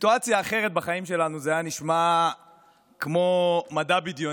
בסיטואציה אחרת בחיים שלנו זה היה נשמע כמו מדע בדיוני,